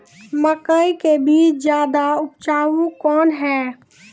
मकई के बीज ज्यादा उपजाऊ कौन है?